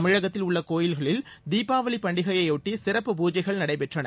தமிழகத்தில் உள்ள கோயில்களில் தீபாவளி பண்டிகையைபொட்டி சிறப்பு பூஜைகள் நடைபெற்றன